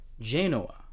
Genoa